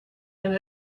and